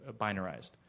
binarized